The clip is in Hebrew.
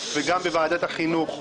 וגם בוועדת החינוך,